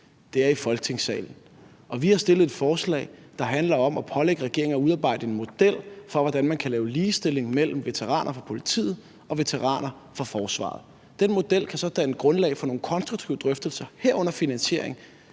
er Folketingssalen, og vi har fremsat et forslag, der handler om at pålægge regeringen at udarbejde en model for, hvordan man kan lave ligestilling mellem veteraner fra politiet og veteraner fra forsvaret. Den model kan så danne grundlag for nogle konstruktive drøftelser, herunder om en finansiering